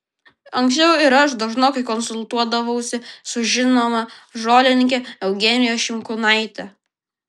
anksčiau ir aš dažnokai konsultuodavausi su žinoma žolininke eugenija šimkūnaite